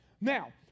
Now